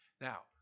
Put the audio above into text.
Now